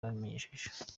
babimenyesheje